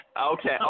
Okay